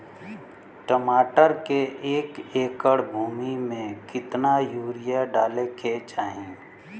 टमाटर के एक एकड़ भूमि मे कितना यूरिया डाले के चाही?